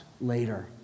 later